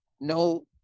No